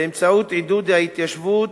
באמצעות עידוד ההתיישבות,